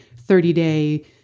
30-day